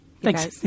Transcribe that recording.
Thanks